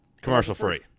commercial-free